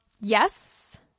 Yes